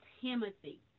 Timothy